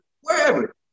wherever